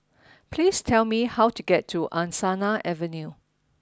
please tell me how to get to Angsana Avenue